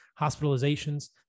hospitalizations